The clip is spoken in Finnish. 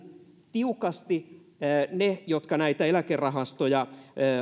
tiukasti ne jotka näitä eläkerahastoja